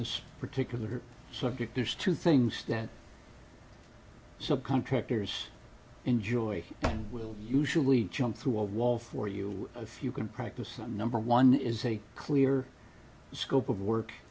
this particular subject there's two things that subcontractors enjoy and will usually jump through a wall for you if you can practice that number one is a clear scope of work